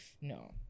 No